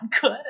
good